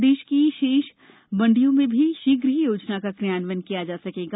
प्रदेश की शेष मण्डियों में भी शीघ्र ही योजना का क्रियान्वयन किया जा सकेगा